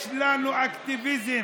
יש לנו אקטיביזם